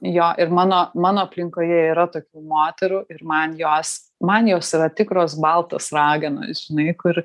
jo ir mano mano aplinkoje yra tokių moterų ir man jos man jos yra tikros baltos raganos žinai kur